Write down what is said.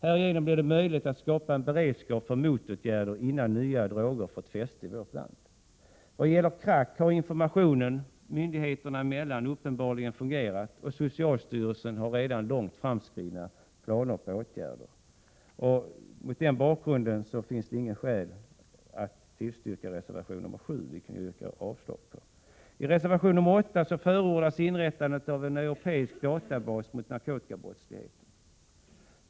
Härigenom blir det möjligt att skapa en beredskap för motåtgärder innan nya droger fått fäste i vårt land. Vad gäller crack har informationen myndigheterna emellan uppenbarligen fungerat, och socialstyrelsen har redan långt framskridna planer på åtgärder. Mot den bakgrunden finns det inget skäl för att tillstyrka reservation nr 7, och jag yrkar därför avslag på den. I reservation nr 8 förordas inrättande av en europeisk databas mot narkotikabrottslighet.